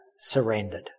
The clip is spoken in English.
surrendered